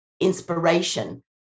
inspiration